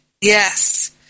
Yes